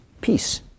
peace